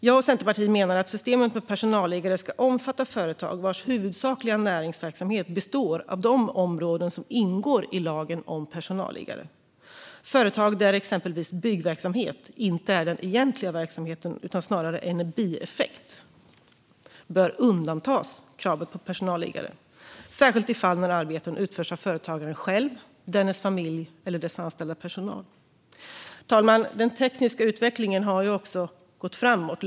Jag och Centerpartiet menar att systemet med personalliggare ska omfatta företag vars huvudsakliga näringsverksamhet består av de områden som ingår i lagen om personalliggare. Företag där exempelvis byggverksamhet inte är den egentliga verksamheten utan snarare en bieffekt bör undantas kravet på personalliggare, särskilt i fall när arbeten utförs av företagaren själv, dennes familj eller företagets anställda personal. Herr talman! Den tekniska utvecklingen har gått framåt.